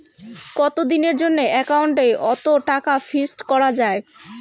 কতদিনের জন্যে একাউন্ট ওত টাকা ফিক্সড করা যায়?